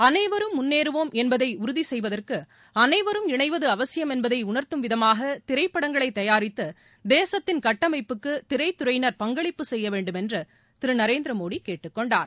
அனைவரும் முன்னேறுவோம் என்பதை உறுதி செய்வதற்கு அனைவரும் இணைவது அவசியம் என்பதை உணர்த்தும் விதமாக திரைப்படங்களைத் தயாரித்து தேசத்தின் கட்டமைப்புக்கு திரைத்துறையினர் பங்களிப்பு செய்ய வேண்டும் என்று திரு நரேந்திர மோடி கேட்டுக் கொண்டார்